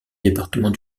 département